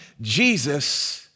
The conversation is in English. Jesus